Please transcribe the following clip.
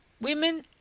women